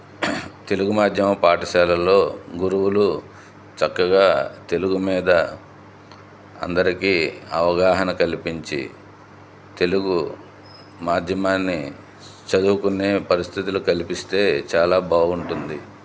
తెలుగు మాధ్యమ పాఠశాలల్లో గురువులు చక్కగా తెలుగు మీద అందరికీ అవగాహన కల్పించి తెలుగు మాధ్యమాన్ని చదువుకునే పరిస్థితులు కల్పిస్తే చాలా బాగుంటుంది